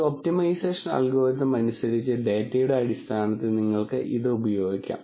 ഒരു optimisation algorithm അനുസരിച്ച് ഡാറ്റയുടെ അടിസ്ഥാനത്തിൽ നിങ്ങൾക്ക് ഇത് ഉപയോഗിക്കാം